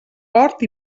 hort